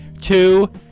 Two